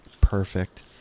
Perfect